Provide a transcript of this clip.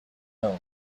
known